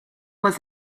was